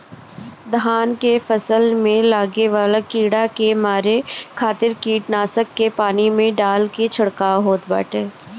धान के फसल में लागे वाला कीड़ा के मारे खातिर कीटनाशक के पानी में डाल के छिड़काव होत बाटे